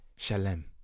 Shalem